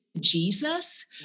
Jesus